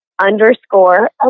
underscore